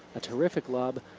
a terrific lob.